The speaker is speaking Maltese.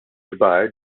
kbar